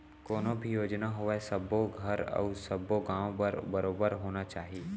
कोनो भी योजना होवय सबो बर अउ सब्बो गॉंव बर बरोबर होना चाही